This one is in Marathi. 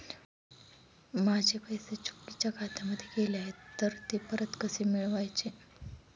माझे पैसे चुकीच्या खात्यामध्ये गेले आहेत तर ते परत कसे मिळवायचे?